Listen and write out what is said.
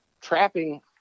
trapping